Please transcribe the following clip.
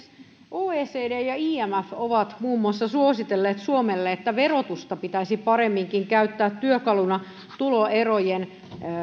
oecd ja imf ovat suositelleet suomelle muun muassa että verotusta pitäisi paremminkin käyttää työkaluna tuloerojen